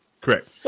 correct